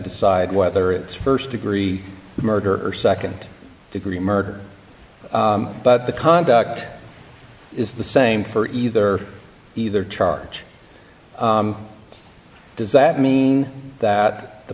decide whether it's st degree murder or nd degree murder but the conduct is the same for either either charge does that mean that the